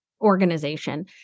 organization